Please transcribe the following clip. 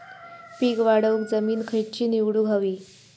पीक वाढवूक जमीन खैची निवडुक हवी?